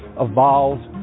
evolved